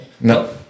No